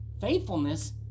Faithfulness